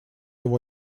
его